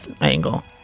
angle